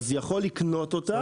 יכול לקנות אותה ספק גדול.